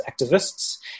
activists